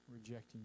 rejecting